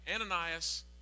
Ananias